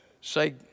say